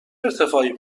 ارتفاعی